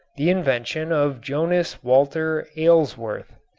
the invention of jonas walter aylesworth.